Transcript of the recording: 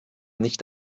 nicht